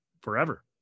forever